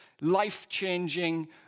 life-changing